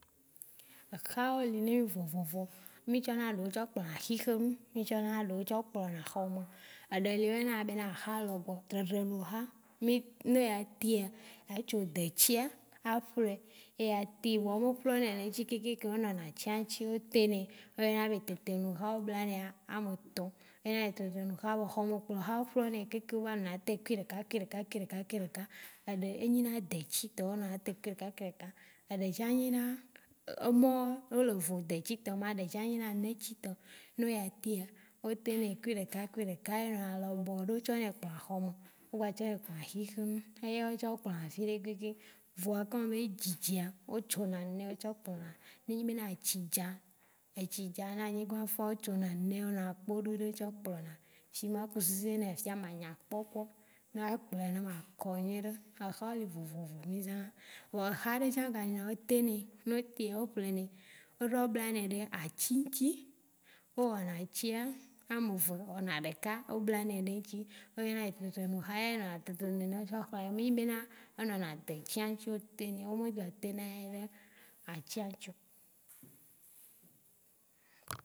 Ehã wo li ne vovovo mí tsɔ klpɔna ashihẽnu mí tsɔ klpɔna hɔme. Eɖe le yɔnɛ be na ehã lɔbɔ, tretrenu hã. Mí, ne eya te ya a tso detsia a ƒlɔɛ eya te vɔa me ƒlɔnɛ le eŋtsi ya keke ke nɔna atsia ŋtsi, o te nɛ. O yɔna be tete nu hã o blanɛ a- ame tɔ eyɔna tretrenu hã m be hɔme kplɔ hã. O ƒlɔnɛ keke o va nɔna te kui ɖeka kui ɖeka kui ɖeka, eɖe enyi na de tsi tɔ o nɔna kui ɖeka kui ɖeka kui ɖeka. Eɖe tsã nyina emẽ ne o le ve detsi tɔ ma ɖe tsã nyina nɛtsi tɔ. Ne oya te ya o te nɛ kui ɖeka kui ɖeka kui ɖeka enɔna lɔbɔ ɖe o tsɔɛ klpɔna hɔme, o gba tsɔɛ klpɔna hẽhẽnu. Eya o tsɔ kplɔna afi ɖe kpekpe, vɔa comme be edzidzia, o tso na nenɛ o tsɔ kplɔna. Ne enyi be na etsi dza, etsi dza ne anyigba fa o tso na nɛnɛ o nɔnɔ kpoɖu ɖe tsã o kplɔna. Shigbe ne ma ku seseɖea ya fia manya kpɔkpɔ nɛ a kplɔɛ ne ma kɔ nyuiɖe. Ehã wo li vovo mí zã na. Vɔa ehã ɖe ga lia o tenɛ. Ne o tea o ƒlɔnɛ o ɖɔ blanɛ ɖe atsi ŋtsi. O aɔna etsea, ame ve, wɔna ɖeka o blanɛ ɖe ŋtsi. O yɔnɛ tretrenu hã o e o nɔna tretre nene tsã vɔ me nyi bena enɔna detsia ŋtsio, o te nɛ o me dzɔ te nɛ ya ɖa atsia ŋtsio.